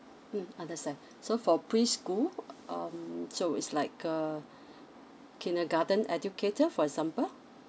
mm understand so for preschool um so is like uh kindergarten educator for example